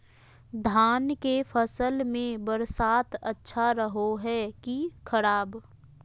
धान के फसल में बरसात अच्छा रहो है कि खराब?